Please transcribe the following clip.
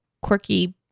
quirky